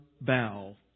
bow